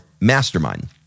Mastermind